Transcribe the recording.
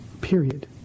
Period